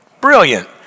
brilliant